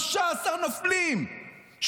15 נופלים,